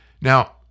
Now